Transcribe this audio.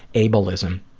ableism.